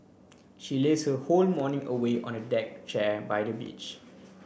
she laze her whole morning away on a deck chair by the beach